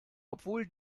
obwohl